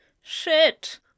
Shit